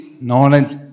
knowledge